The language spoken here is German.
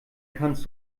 kannst